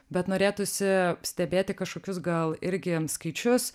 bet norėtųsi stebėti kažkokius gal irgi skaičius